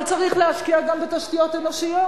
אבל צריך להשקיע גם בתשתיות אנושיות,